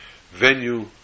venue